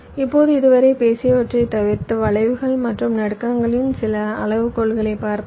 இப்போது இதுவரை பேசியவற்றைத் தவிர்த்து வளைவுகள் மற்றும் நடுக்கங்களின் சில அளவுகோல்களைப் பார்ப்போம்